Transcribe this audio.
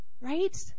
Right